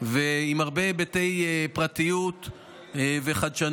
ועם הרבה היבטי פרטיות וחדשנות,